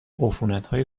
عفونتهای